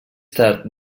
tard